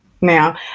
Now